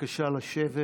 בבקשה לשבת.